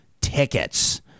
tickets